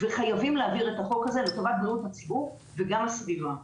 וחייבים להעביר את החוק הזה לטובת בריאות הציבור וגם הסביבה.